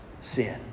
sin